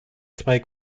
zwei